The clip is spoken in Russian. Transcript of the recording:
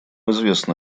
известно